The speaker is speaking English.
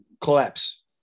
collapse